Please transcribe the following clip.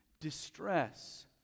distress